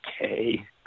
okay